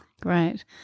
great